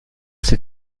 c’est